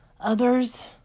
Others